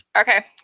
Okay